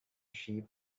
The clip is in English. sheep